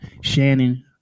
shannon